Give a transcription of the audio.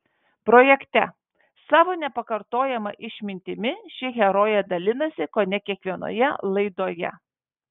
projekte savo nepakartojama išmintimi ši herojė dalinasi kone kiekvienoje laidoje